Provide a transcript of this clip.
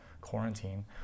quarantine